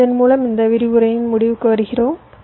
எனவே இதன் மூலம் இந்த விரிவுரையின் முடிவுக்கு வருகிறோம்